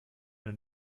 eine